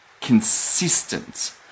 consistent